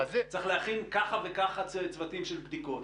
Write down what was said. צריך להכין ככה וככה צוותים של בדיקות.